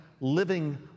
living